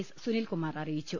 S Sunilkumar അറിയിച്ചു